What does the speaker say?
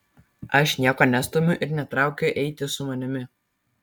aš nieko nestumiu ir netraukiu eiti su manimi